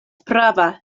prava